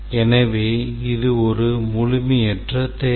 எனவே இது ஒரு முழுமையற்ற தேவை